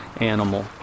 animal